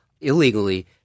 illegally